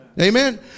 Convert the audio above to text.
Amen